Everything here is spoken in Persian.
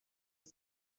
است